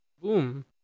boom